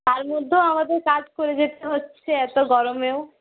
তার মধ্যেও আমাদের কাজ করে যেতে হচ্ছে এত গরমেও